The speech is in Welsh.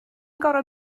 gorfod